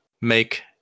make